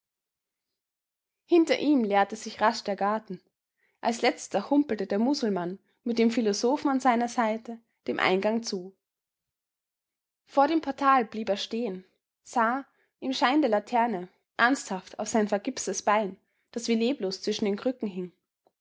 hinter ihm leerte sich rasch der garten als letzter humpelte der musulmann mit dem philosophen an seiner seite dem eingang zu vor dem portal blieb er stehen sah im schein der laterne ernsthaft auf sein vergipstes bein das wie leblos zwischen den krücken hing